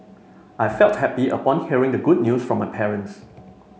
I felt happy upon hearing the good news from my parents